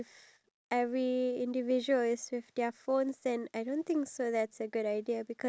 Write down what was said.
and it will be the most impressive thing to do oh but then for